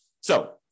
So-